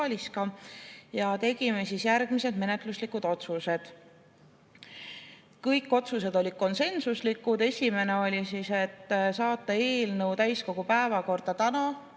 Ja tegime järgmised menetluslikud otsused. Kõik otsused olid konsensuslikud. Esimene oli, et saata eelnõu täiskogu päevakorda tänaseks,